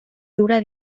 dura